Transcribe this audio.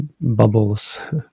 bubbles